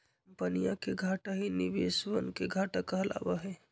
कम्पनीया के घाटा ही निवेशवन के घाटा कहलावा हई